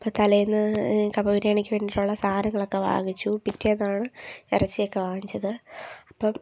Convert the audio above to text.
അപ്പം തലേന്ന് കപ്പ ബിരിയാണിക്ക് വേണ്ടിയിട്ടുള്ള സാധനങ്ങളൊക്കെ വാങ്ങിച്ചു പിറ്റേന്നാണ് ഇറച്ചിയൊക്കെ വാങ്ങിച്ചത് അപ്പം